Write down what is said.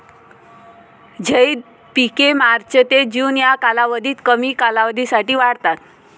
झैद पिके मार्च ते जून या कालावधीत कमी कालावधीसाठी वाढतात